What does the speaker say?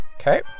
Okay